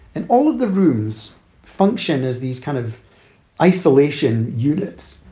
and all of the rooms function as these kind of isolation units,